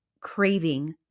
craving